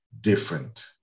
different